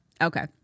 Okay